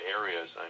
areas